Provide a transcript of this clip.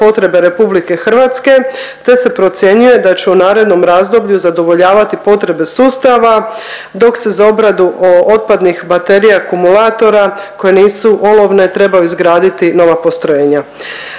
potrebe Republike Hrvatske, te se procjenjuje da će u narednom razdoblju zadovoljavati potrebe sustava, dok se za obradu otpadnih baterija i akumulatora koje nisu olovne trebaju izgraditi nova postrojenja.